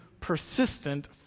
persistent